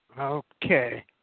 Okay